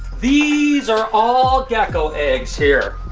these are all gecko eggs here.